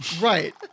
Right